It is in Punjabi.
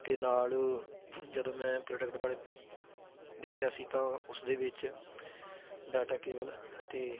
ਅਤੇ ਨਾਲ ਜਦੋਂ ਮੈਂ ਪ੍ਰੋਡਕਟ ਦੇਖਿਆ ਸੀ ਤਾਂ ਉਸ ਦੇ ਵਿੱਚ ਡਾਟਾ ਕੇਵਲ ਅਤੇ